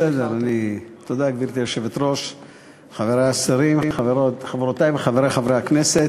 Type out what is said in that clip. תודה, חברי השרים, חברותי וחברי חברי הכנסת,